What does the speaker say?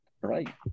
right